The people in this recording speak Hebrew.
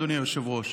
אדוני היושב-ראש,